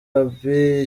abiy